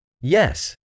Yes